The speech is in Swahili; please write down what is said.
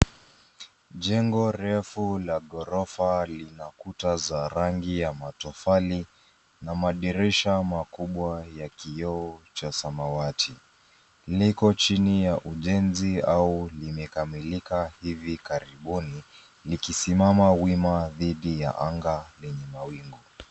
Jengo refu la ghorofa lina kuta za rangi ya matofali na madirisha makubwa ya kioo cha samawati. Liko chini ya ujenzi au limekamilika hivi karibuni, likisimama wima dhidi ya anga lenye mawingu.